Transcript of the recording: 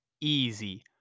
Easy